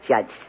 Judge